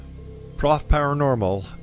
profparanormal